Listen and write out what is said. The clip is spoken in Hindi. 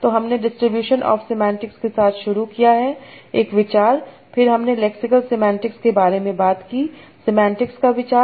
तो हमने डिस्ट्रीब्यूशन ऑफ़ सेमांटिक्स के साथ शुरू किया है एक विचार फिर हमने लेक्सिकल सेमांटिक्स के बारे में बात की सेमांटिक्स का विचार